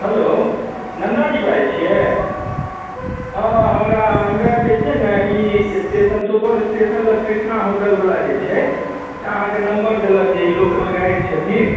hello Nandaji बाजै छिए हँ हमरा जे छै ने ई स्टेशन सुपौल स्टेशन लग कृष्णा होटलवला जे छै से अहाँके नम्बर देलक जे ई लोकल गाइड छथिन